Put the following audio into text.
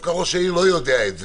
דווקא ראש העיר לא יודע את זה.